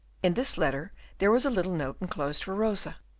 in this letter there was a little note enclosed for rosa.